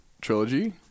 trilogy